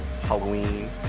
Halloween